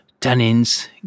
tannins